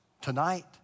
tonight